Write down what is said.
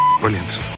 Brilliant